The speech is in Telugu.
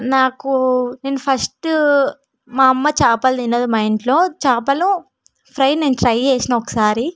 నాకు నేను ఫస్టు మా అమ్మ చేపలు తినదు మా ఇంట్లో చేపలు ఫ్రై నేను ట్రై చేసాను ఒకసారి